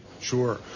sure